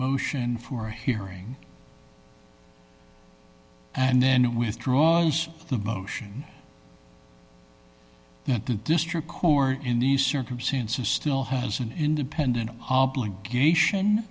motion for a hearing and then withdraw the motion that the district court in these circumstances still has an independent obligation